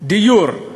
דיור,